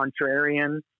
contrarian